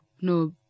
no